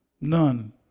none